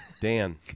Dan